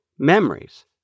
Memories